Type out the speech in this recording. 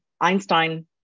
Einstein